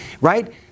right